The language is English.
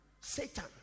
Satan